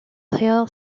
hill